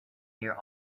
near